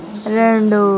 రెండు